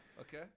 Okay